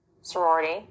sorority